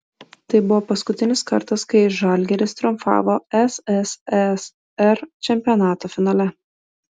tai buvo paskutinis kartas kai žalgiris triumfavo sssr čempionato finale